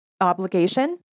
obligation